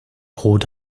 brot